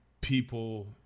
people